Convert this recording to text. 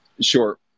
Sure